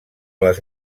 les